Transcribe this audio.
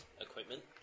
equipment